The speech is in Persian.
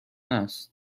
است